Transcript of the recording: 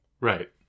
Right